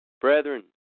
Brethren